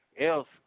else